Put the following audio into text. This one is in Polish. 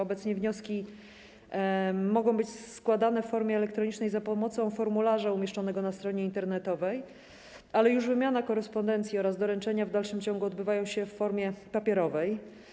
Obecnie wnioski mogą być składane w formie elektronicznej za pomocą formularza umieszczonego na stronie internetowej, ale już wymiana korespondencji oraz doręczanie w dalszym ciągu odbywają się w formie papierowej.